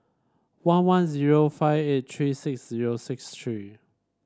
one one zero five eight three six zero six three